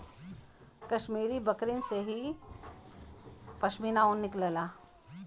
कश्मीरी बकरिन से ही पश्मीना ऊन निकलला